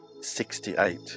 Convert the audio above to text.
Sixty-eight